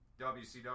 WCW